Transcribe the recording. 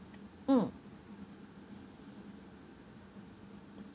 mm